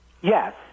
Yes